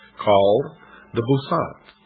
called the beauseant,